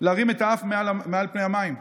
להרים את האף מעל פני המים,